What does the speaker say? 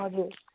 हजुर